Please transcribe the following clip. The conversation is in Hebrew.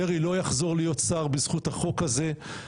דרעי לא יחזור להיות שר בזכות החוק הזה,